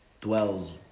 dwells